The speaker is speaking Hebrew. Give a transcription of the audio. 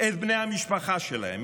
את בני המשפחה שלהם,